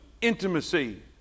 intimacy